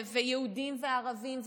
יהודים וערבים,